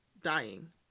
dying